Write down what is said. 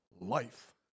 life